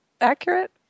accurate